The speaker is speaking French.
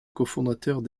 cofondateurs